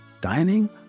dining